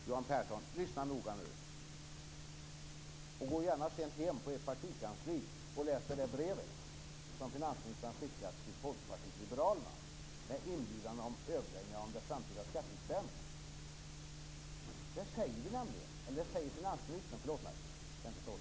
Fru talman! Lyssna noga nu, Johan Pehrson, och gå sedan gärna till ert partikansli och läs brevet som finansministern har skickat till Folkpartiet liberalerna med inbjudan om överläggningar om det framtida skattesystemet.